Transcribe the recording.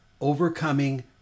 Overcoming